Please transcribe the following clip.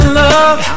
love